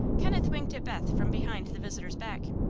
kenneth winked at beth from behind the visitor's back.